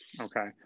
okay